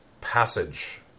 passage